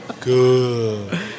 good